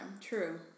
True